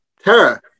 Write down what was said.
Tara